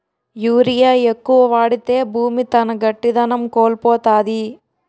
urea ఎక్కువ వాడితే భూమి తన గట్టిదనం కోల్పోతాది